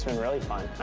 really fun.